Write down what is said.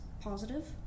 positive